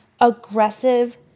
aggressive